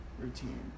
routine